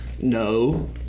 no